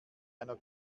einer